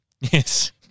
Yes